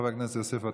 חבר הכנסת יוסף עטאונה,